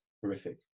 horrific